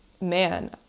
man